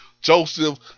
Joseph